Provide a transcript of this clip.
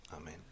Amen